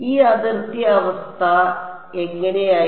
ഈ അതിർത്തി അവസ്ഥ എങ്ങനെയായിരുന്നു